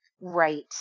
Right